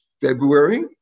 February